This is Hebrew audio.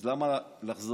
אז למה לחזור?